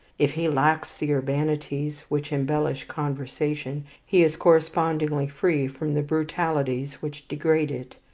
if he lacks the urbanities which embellish conversation, he is correspondingly free from the brutalities which degrade it.